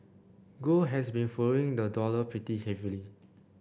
gold has been following the dollar pretty heavily